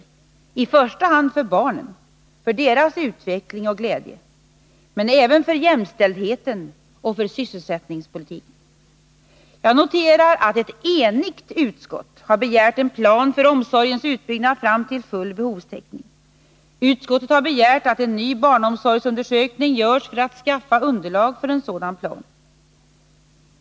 Det gäller i första hand för barnen, för deras utveckling och glädje, men även för jämställdheten och för sysselsättningen. Jag noterar att ett enigt utskott begärt en plan för barnomsorgens utbyggnad fram till full behovstäckning. Utskottet har begärt att en ny barnomsorgsundersökning görs för att skaffa underlag för en sådan plan.